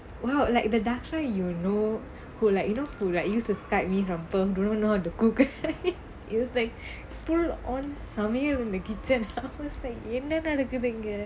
!wow! like the dharshini you know who like you know who like used to Skype me from didn't know how to cook it was like full on சமையல்:samaiyal in the kitchen I was like என்ன நடக்குது இங்க:enna nadakkuthu inga